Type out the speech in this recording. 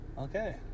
Okay